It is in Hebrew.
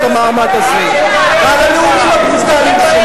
מדברים על המעמד המידרדר של ישראל בעולם,